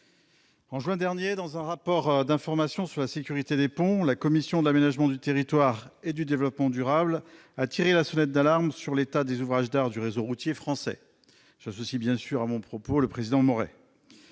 En juin dernier, dans un rapport d'information sur la sécurité des ponts, la commission de l'aménagement du territoire et du développement durable a tiré la sonnette d'alarme sur l'état des ouvrages d'art du réseau routier français. J'associe bien entendu à mon propos le président de